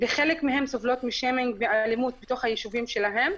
וחלק מהן סובלות מאלימות בתוך היישובים שלהן.